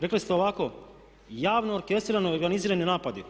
Rekli ste ovako javno orkestrirani i organizirani napadi.